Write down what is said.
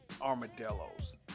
armadillos